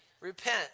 repent